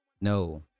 No